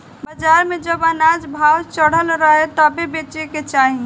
बाजार में जब अनाज भाव चढ़ल रहे तबे बेचे के चाही